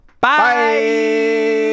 bye